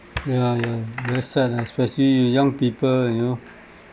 ya ya understand especially young people you know